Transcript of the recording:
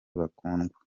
bakundwa